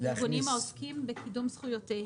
-- ארגונים העוסקים בקידום זכויותיהם.